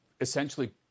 essentially